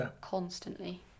constantly